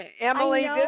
Emily